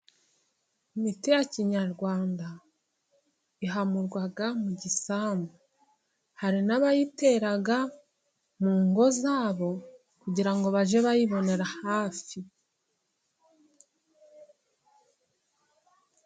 Imiti ya kinyarwanda ihamurwa mu gisambu, hari n'abayitera mu ngo zabo kugira ngo bajye bayibonera hafi.